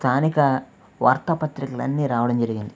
స్థానిక వార్తాపత్రికలన్నీ రావడం జరిగింది